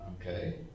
okay